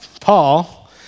Paul